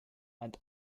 and